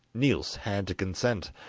niels had to consent,